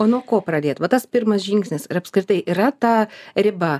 o nuo ko pradėt va tas pirmas žingsnis ir apskritai yra ta riba